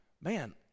Man